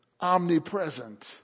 omnipresent